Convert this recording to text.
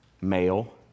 male